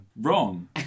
Wrong